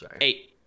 eight